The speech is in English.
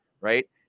Right